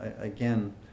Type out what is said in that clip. again